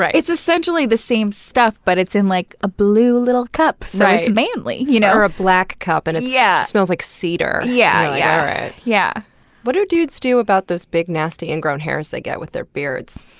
yeah it's essentially the same stuff, but it's in like a blue little cup so it's manly. you know or a black cup, and it yeah smells like cedar. yeah yeah yeah what do dudes do about those big, nasty ingrown hairs they get with their beards?